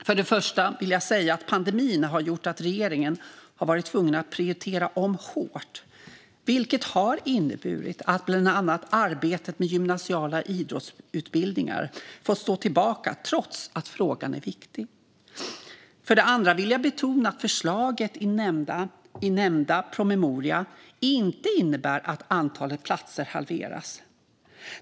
För det första vill jag säga att pandemin har gjort att regeringen har varit tvungen att prioritera om hårt, vilket har inneburit att bland annat arbetet med gymnasiala idrottsutbildningar har fått stå tillbaka trots att frågan är viktig. För det andra vill jag betona att förslagen i nämnda promemoria inte innebär att antalet platser halveras.